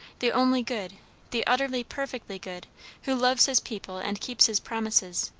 the only good the utterly, perfectly good who loves his people, and keeps his promises,